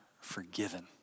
forgiven